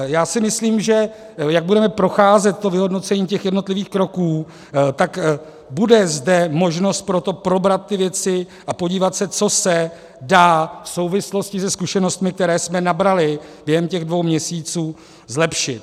Já si myslím, že jak budeme procházet to vyhodnocení jednotlivých kroků, tak zde bude možnost probrat ty věci a podívat se, co se dá v souvislosti se zkušenostmi, které jsme nabrali během těch dvou měsíců, zlepšit.